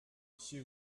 she